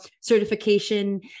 certification